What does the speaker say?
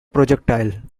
projectile